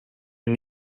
and